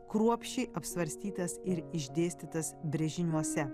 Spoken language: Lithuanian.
kruopščiai apsvarstytas ir išdėstytas brėžiniuose